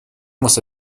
واسه